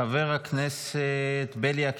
חבר הכנסת בליאק,